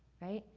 right,